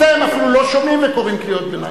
אתם אפילו לא שומעים וקוראים קריאות ביניים.